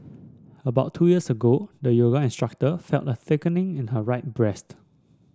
about two years ago the yoga instructor felt a thickening in her right breast